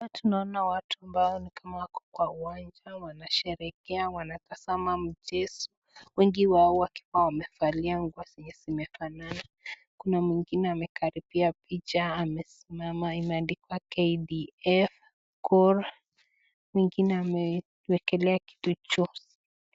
Hapa tunaona watu ambao ni kama wako kwa uwanja wanasherekea, wanatazama mchezo, wengi wao wakiwa wamevalia nguo zenye zimefanana, kuna mwingine amekaribia picha amesimama imeandikwa KDF Gor, mwingine amewekelea kitu juu.